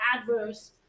adverse